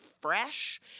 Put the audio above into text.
fresh